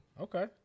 Okay